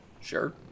sure